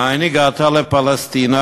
מאין הגעת לפלשתינה?